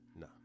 No